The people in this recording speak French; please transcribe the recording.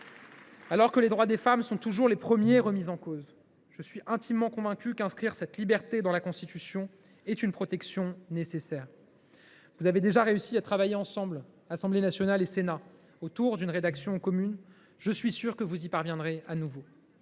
Alors que les droits des femmes sont toujours les premiers remis en cause, je suis intimement convaincu qu’inscrire cette liberté dans la Constitution est une protection nécessaire. Vous avez déjà réussi à travailler ensemble, Assemblée nationale et Sénat, sur une rédaction commune. Je suis sûr que vous y parviendrez de nouveau.